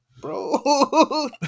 bro